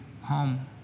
home